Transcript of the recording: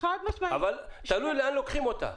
אבל תלוי לאן לוקחים אותה.